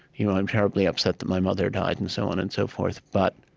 you know i'm terribly upset that my mother died, and so on and so forth but